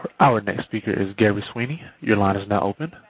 ah our next speaker is gary sweeney. your line is now open.